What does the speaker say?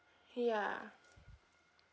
ya